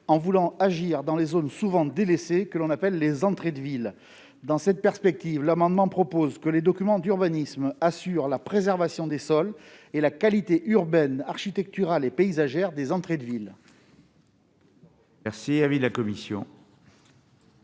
se concentrant sur les zones souvent délaissées que sont les entrées de ville. Dans cette perspective, il vise à ce que les documents d'urbanisme garantissent la préservation des sols et la qualité urbaine, architecturale et paysagère des entrées de ville.